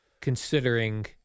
considering